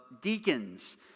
deacons